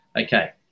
Okay